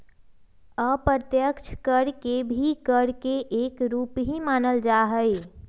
अप्रत्यक्ष कर के भी कर के एक रूप ही मानल जाहई